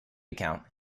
account